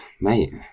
Mate